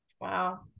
wow